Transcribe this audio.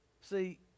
See